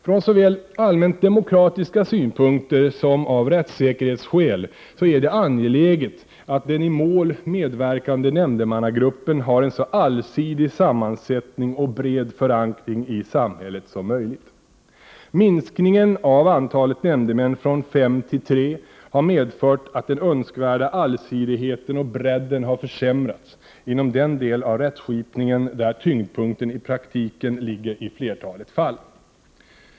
Från såväl allmänt demokratiska synpunkter som av rättssäkerhetsskäl är det angeläget att den i ett mål medverkande nämndemannagruppen har en så allsidig sammansättning och bred förankring i samhället som möjligt. Minskningen av antalet nämndemän från fem till tre har medfört att den önskvärda allsidigheten och bredden har försämrats inom den del av rättskipningen där tyngdpunkten i praktiken ligger i flertalet fall.